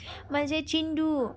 मैले चाहिँ चिन्डु